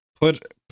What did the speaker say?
put